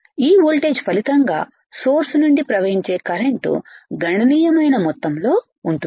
ఈ వోల్టేజ్ ఫలితంగా సోర్స్ నుండి ప్రవహించే కరెంటు గణనీయమైన మొత్తం లో ఉంటుంది